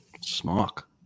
smock